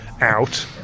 out